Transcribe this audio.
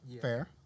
fair